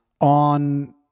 on